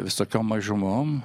visokiom mažumom